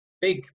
big